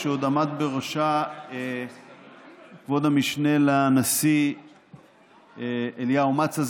כשעמד בראשה כבוד המשנה לנשיא אליהו מצא,